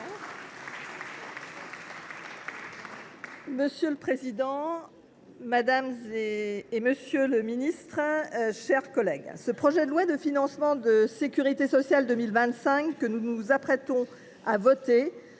Monsieur le président, madame la ministre, monsieur le ministre, mes chers collègues, ce projet de loi de financement de la sécurité sociale pour 2025 que nous nous apprêtons à voter